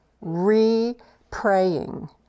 Re-praying